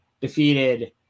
defeated